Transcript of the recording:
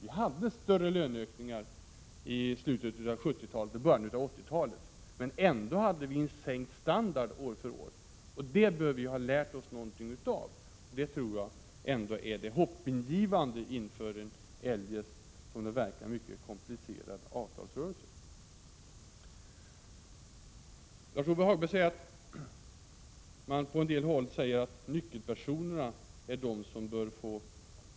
Vi hade större löneökningar i slutet av 70-talet och början av 80-talet, men ändå hade vi en sänkt standard år för år. Det bör vi ha lärt oss någonting av. Det tror jag är det hoppingivande inför en eljest, som det verkar, mycket komplicerad avtalsrörelse. Lars-Ove Hagberg sade att man på en del håll menar att nyckelpersonerna är de som bör få